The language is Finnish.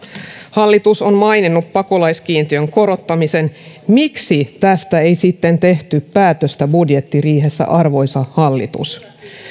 hallitus on maininnut pakolaiskiintiön korottamisen miksi tästä ei sitten tehty päätöstä budjettiriihessä arvoisa hallitus